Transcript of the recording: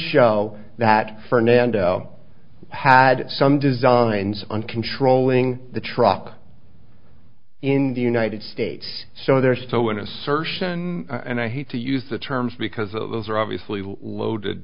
show that fernando had some designs on controlling the truck in the united states so there's still an assertion and i hate to use the terms because those are obviously loaded